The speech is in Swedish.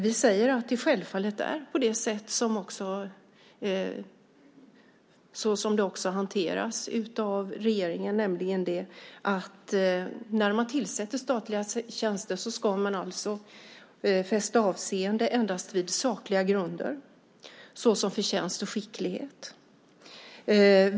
Vi säger att det självfallet ska vara på det sätt som det också hanteras av regeringen, nämligen att man när man tillsätter statliga tjänster endast ska fästa avseende vid sakliga grunder såsom förtjänst och skicklighet.